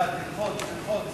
חוק עבודת הנוער